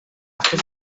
after